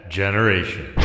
generation